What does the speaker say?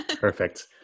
Perfect